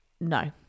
no